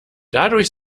dadurch